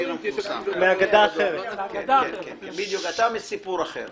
השיר המפורסם אתה מסיפור אחר.